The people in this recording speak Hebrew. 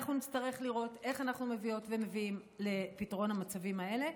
אנחנו נצטרך לראות איך אנחנו מביאות ומביאים לפתרון המצבים האלה,